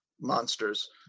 monsters